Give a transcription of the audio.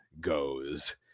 goes